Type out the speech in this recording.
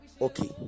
okay